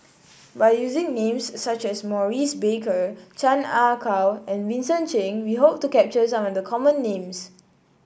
by using names such as Maurice Baker Chan Ah Kow and Vincent Cheng we hope to capture some of the common names